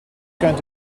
going